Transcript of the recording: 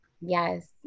Yes